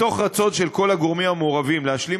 מתוך רצון של כל הגורמים המעורבים להשלים